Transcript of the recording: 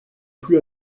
plu